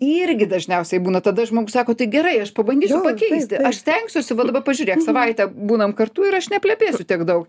irgi dažniausiai būna tada žmogus sako tai gerai aš pabandysiu pakeisti aš stengsiuosi va dabar pažiūrėk savaitę būnam kartu ir aš neplepėsiu tiek daug